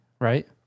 right